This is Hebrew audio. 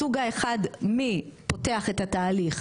הסוג האחד מי פותח את התהליך,